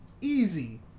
easy